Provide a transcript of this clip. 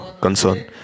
concern